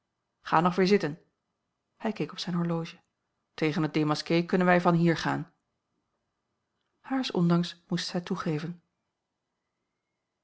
ga nog weer zitten hij keek op zijn horloge tegen het démasqué kunnen wij vanhier gaan haars ondanks moest zij toegeven